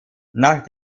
nach